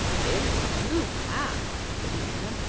it is too bad! thought the bee-man.